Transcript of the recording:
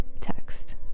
text